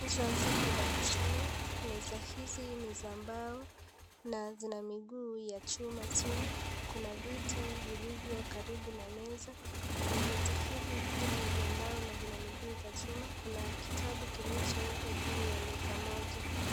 Meza ziko darasani, meza hizi ni za mbao na zina miguu ya chuma chini, kuna viti vilivyo karibu na meza viti hivi pia ni vya mbao na vina miguu ya chuma, kuna kitabu kilichoekwa juu ya meza moja.